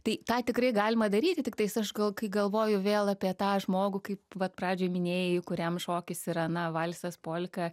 tai tą tikrai galima daryti tiktais aš gal kai galvoju vėl apie tą žmogų kaip vat pradžioj minėjai kuriam šokis yra na valsas polka